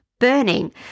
burning